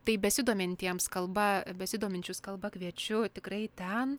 tai besidomintiems kalba besidominčius kalba kviečiu tikrai ten